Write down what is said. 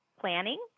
planning